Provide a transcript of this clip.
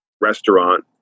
restaurant